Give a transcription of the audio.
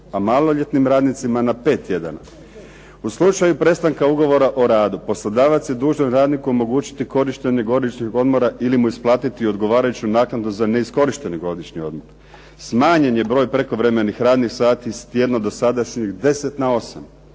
a maloljetnim radnicima na 5 tjedana. U slučaju prestanka ugovora o radu, poslodavac je dužan radniku omogućiti korištenje godišnjeg odmora ili mu isplatiti odgovarajuću naknadu za neiskorišteni godišnji odmor. Smanjen je broj prekovremenih radnih sati s tjedno dosadašnjih 10 na 8.